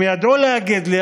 הם ידעו להגיד לי,